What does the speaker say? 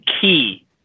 key